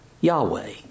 Yahweh